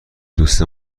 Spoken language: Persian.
دوست